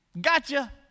gotcha